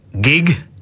gig